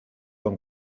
con